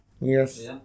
Yes